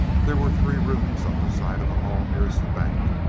there were three rooms on the side of the hall nearest the bank.